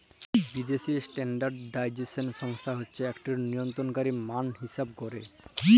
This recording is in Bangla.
বিদ্যাসি ইস্ট্যাল্ডার্ডাইজেশল সংস্থা হছে ইকট লিয়লত্রলকারি মাল হিঁসাব ক্যরে